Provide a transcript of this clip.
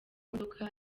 modoka